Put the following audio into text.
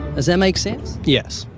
does that make sense? yes.